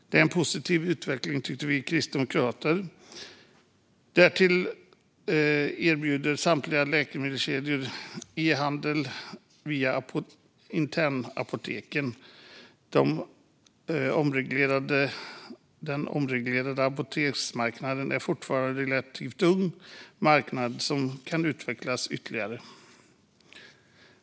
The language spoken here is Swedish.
Det tycker vi kristdemokrater är en positiv utveckling. Därtill erbjuder samtliga apotekskedjor e-handel via internetapoteken. Den omreglerade apoteksmarknaden är fortfarande en relativt ung marknad som kan utvecklas ytterligare.